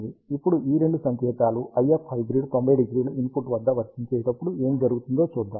ఇప్పుడు ఈ రెండు సంకేతాలు IF హైబ్రిడ్ 900 ఇన్పుట్ వద్ద వర్తించేటప్పుడు ఏమి జరుగుతుందో చూద్దాం